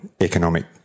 economic